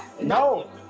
No